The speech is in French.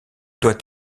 doit